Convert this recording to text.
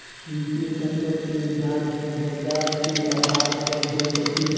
वित्तीय संकट के जांच बजार के आधार पर होइत अछि